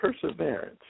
perseverance